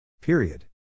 Period